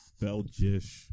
Belgish